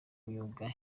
myuga